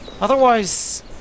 Otherwise